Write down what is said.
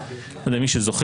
אני לא יודע מי שזוכר,